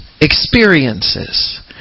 experiences